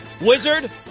Wizard